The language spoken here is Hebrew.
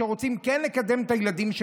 שרוצות לקדם את הילדים.